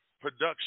production